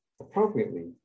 appropriately